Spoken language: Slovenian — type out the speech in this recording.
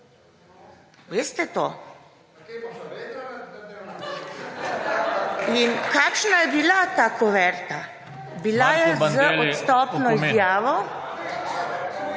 SDS):** In kakšna je bila ta kuverta? Bila je z odstopno izjavo